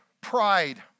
pride